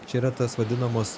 čia yra tas vadinamos